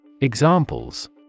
Examples